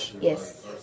Yes